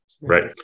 Right